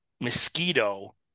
mosquito